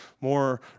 more